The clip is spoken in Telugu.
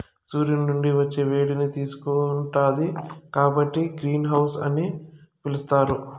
సూర్యుని నుండి వచ్చే వేడిని తీసుకుంటాది కాబట్టి గ్రీన్ హౌస్ అని పిలుత్తారు